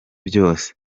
byose